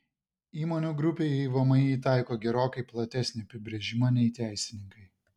įmonių grupei vmi taiko gerokai platesnį apibrėžimą nei teisininkai